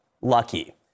lucky